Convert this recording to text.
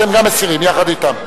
אתם גם מסירים יחד אתם?